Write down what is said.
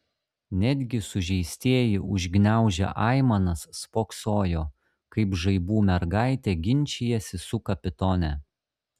netgi sužeistieji užgniaužę aimanas spoksojo kaip žaibų mergaitė ginčijasi su kapitone